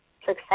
success